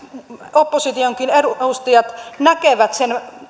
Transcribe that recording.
oppositionkin edustajat näkevät sen